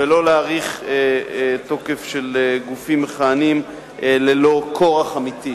ולא להאריך תוקף של גופים מכהנים ללא כורח אמיתי.